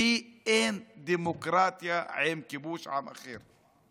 שהיא: אין דמוקרטיה עם כיבוש עם אחר.